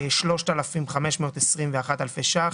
3,521 אלפי שקלים.